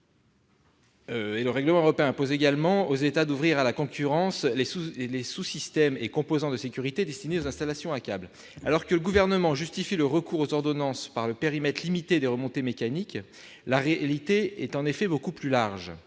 à câbles. Il leur impose également d'ouvrir à la concurrence les sous-systèmes et composants de sécurité destinés aux installations à câbles. Alors que le Gouvernement justifie le recours aux ordonnances par le périmètre limité des remontées mécaniques, la réalité est beaucoup plus large.